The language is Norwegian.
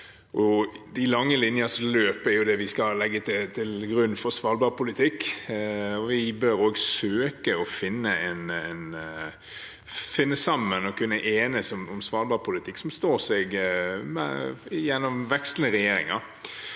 De lange linjers løp er det vi skal legge til grunn for svalbardpolitikken, og vi bør også søke å finne sammen og kunne enes om en svalbardpolitikk som står seg gjennom vekslende regjeringer.